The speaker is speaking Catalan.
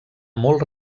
molt